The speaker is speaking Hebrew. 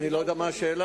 אני לא יודע מה השאלה.